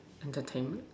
entertainment